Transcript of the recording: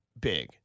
big